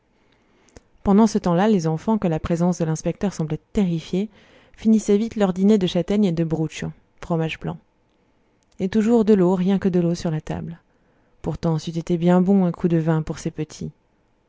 pendant ce temps-là les enfants que la présence de l'inspecteur semblait terrifier finissaient vite leur dîner de châtaignes et de brucio fromage blanc et toujours de l'eau rien que de l'eau sur la table pourtant c'eût été bien bon un coup de vin pour ces petits